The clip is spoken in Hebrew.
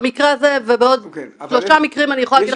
במקרה הזה ובעוד שלושה מקרים אני יכולה להגיד